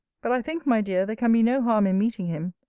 but i think, my dear, there can be no harm in meeting him.